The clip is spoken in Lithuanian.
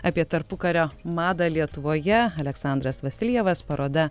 apie tarpukario madą lietuvoje aleksandras vasiljevas paroda